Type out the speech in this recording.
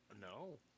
no